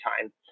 time